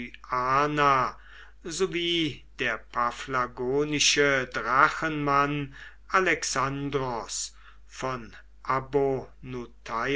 sowie der paphlagonische drachenmann alexandros von